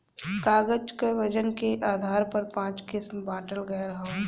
कागज क वजन के आधार पर पाँच किसम बांटल गयल हौ